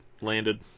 landed